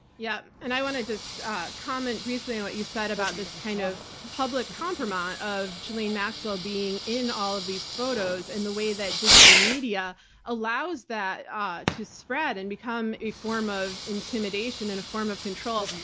yup. and i want to just comment briefly on what you said about this kind of public kompromat of ghislaine maxwell being in all of these photos and the way that digital media allows that ah to spread and become a form of intimidation and a form of control.